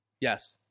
yes